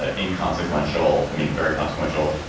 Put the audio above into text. ah inconsequential. i mean, very consequential.